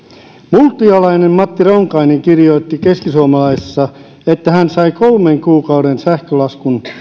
multialainen matti ronkainen kirjoitti keskisuomalaisessa että hän sai kolmen kuukauden sähkölaskun